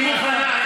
היא מוכנה?